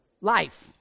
life